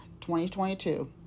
2022